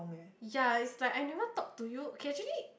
ya it's like I never talked to you okay actually